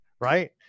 right